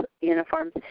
uniforms